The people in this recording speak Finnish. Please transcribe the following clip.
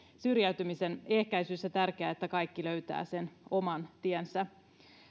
syrjäytymisen ehkäisyssä tärkeää että kaikki löytävät sen oman tiensä